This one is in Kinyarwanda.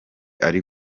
ari